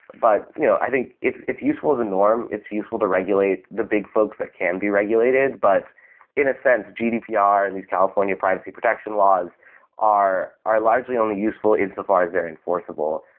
but you know i think it's it's useful than norm, it's useful regulate the big folks that can be regulated, but in a sense, gdpr and these california privacy protection laws are are largely only useful in so far as they're enforceable.